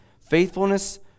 faithfulness